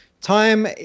time